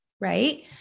right